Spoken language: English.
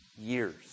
years